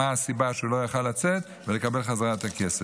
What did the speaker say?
הסיבה שהוא לא היה יכול לצאת ולקבל חזרה את הכסף.